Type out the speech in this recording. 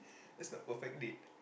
that's not perfect date